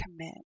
commit